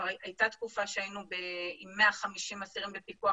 הייתה תקופה שהיינו עם 150 אסירים בפיקוח